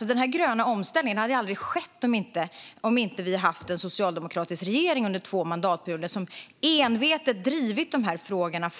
Den gröna omställningen hade aldrig skett om vi inte under två mandatperioder hade haft en socialdemokratisk regering som envetet drivit de här frågorna.